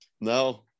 no